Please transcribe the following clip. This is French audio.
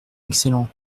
excellent